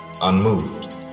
unmoved